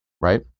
right